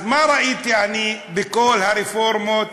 אז מה ראיתי אני בכל הרפורמות,